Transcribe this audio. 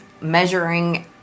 Measuring